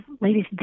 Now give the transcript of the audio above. Ladies